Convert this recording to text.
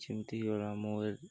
ଯେମିତି